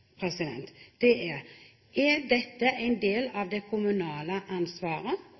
Er dette en del av det kommunale ansvaret,